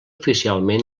oficialment